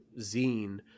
zine